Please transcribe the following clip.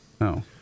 No